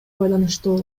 байланыштуу